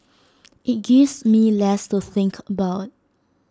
IT gives me less to think about